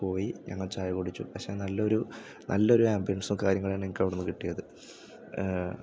പോയി ഞങ്ങൾ ചായ കുടിച്ചു പക്ഷേ നല്ലൊരു നല്ലൊരു ആമ്പിയൻസും കാര്യങ്ങളാണ് ഞങ്ങൾക്ക് അവിടെ നിന്ന് കിട്ടിയത്